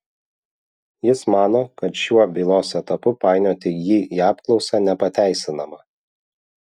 jis mano kad šiuo bylos etapu painioti jį į apklausą nepateisinama